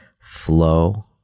flow